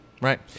Right